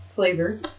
Flavor